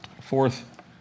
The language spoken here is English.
fourth